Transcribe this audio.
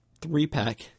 three-pack